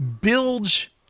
Bilge